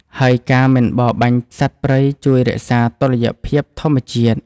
ហើយការមិនបរបាញ់សត្វព្រៃជួយរក្សាតុល្យភាពធម្មជាតិ។